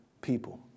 people